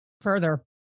further